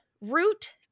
root